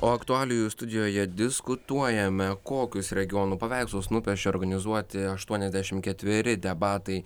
o aktualijų studijoje diskutuojame kokius regionų paveikslus nupiešė organizuoti aštuoniasdešim ketveri debatai